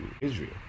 Israel